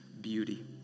beauty